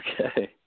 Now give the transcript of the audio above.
Okay